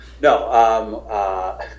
No